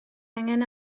angen